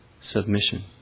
submission